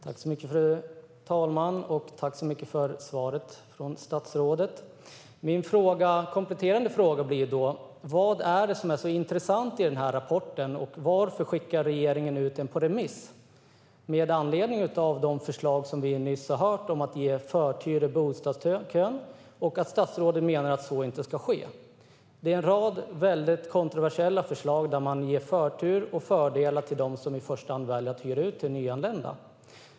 Fru talman! Tack så mycket för svaret från statsrådet! Min kompletterande fråga blir då: Vad är det som är så intressant i rapporten, och varför skickar regeringen ut den på remiss? Det undrar jag med anledning av de förslag som vi nyss har hört om, att man ska ge förtur i bostadskön, och att statsrådet menar att så inte ska ske. Det är en rad väldigt kontroversiella förslag. Det handlar om att ge förtur och att ge fördelar till dem som i första hand väljer att hyra ut till nyanlända.